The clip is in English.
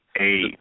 Eight